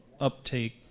uptake